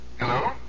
Hello